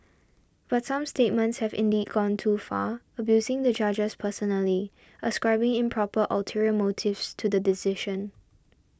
but some statements have indeed gone too far abusing the judges personally ascribing improper ulterior motives to the decision